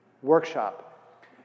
Workshop